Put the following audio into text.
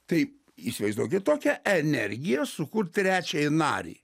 tai įsivaizduokit tokią energiją sukurt trečiąjį narį